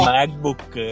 Macbook